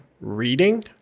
reading